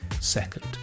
second